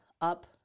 up